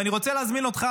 ואני רוצה להזמין אותך,